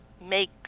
make